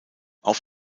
auf